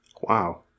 Wow